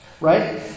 Right